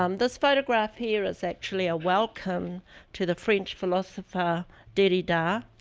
um this photograph here is actually a welcome to the french philosopher derrida,